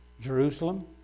Jerusalem